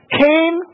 came